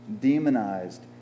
demonized